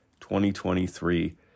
2023